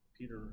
Peter